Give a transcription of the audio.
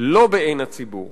לא בעין הציבור,